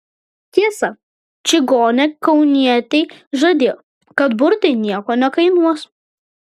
tiesa čigonė kaunietei žadėjo kad burtai nieko nekainuos